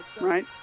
right